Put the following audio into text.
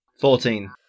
Fourteen